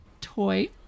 toy